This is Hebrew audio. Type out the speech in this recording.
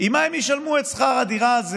עם מה הם ישלמו את שכר הדירה הזה